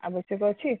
ଆବଶ୍ୟକ ଅଛି